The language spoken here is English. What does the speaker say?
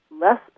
less